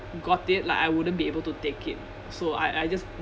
got it like I wouldn't be able to take it so I I just